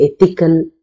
ethical